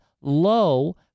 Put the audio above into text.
low